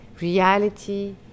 reality